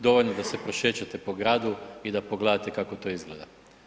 Dovoljno da se prošećete po gradu i da pogledate kako to izgleda.